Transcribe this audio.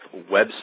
website